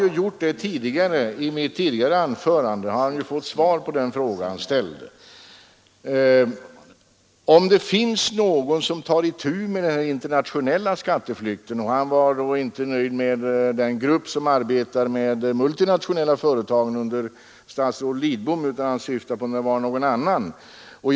Jag har för övrigt i mitt tidigare anförande givit svar på den fråga som herr Pettersson ställde, om det finns någon som tar itu med den internationella skatteflykten. Herr Pettersson var då inte nöjd med den grupp som under statsrådet Lidbom arbetar med de multinationella företagen utan han ville ha reda på om det också fanns någon annan grupp.